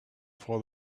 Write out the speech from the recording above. for